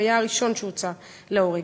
הוא היה הראשון שהוצא להורג,